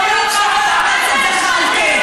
ברור, חבר הכנסת זחאלקה.